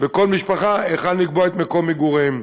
וכל משפחה היכן לקבוע את מקום מגוריהם.